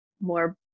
more